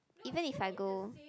even if I go